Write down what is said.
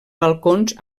balcons